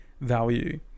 value